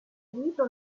inserito